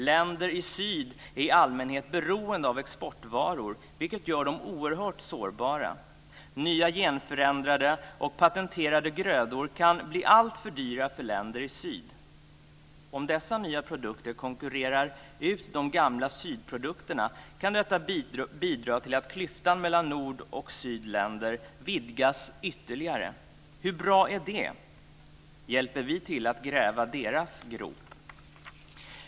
Länder i syd är i allmänhet beroende av exportvaror, vilket gör dem oerhört sårbara. Nya genförändrade och patenterade grödor kan bli alltför dyra för länder i syd. Om dessa nya produkter konkurrerar ut de gamla sydprodukterna kan detta bidra till att klyftan mellan nord och sydländer vidgas ytterligare. Hur bra är det? Hjälper vi till att gräva deras grop?